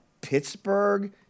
Pittsburgh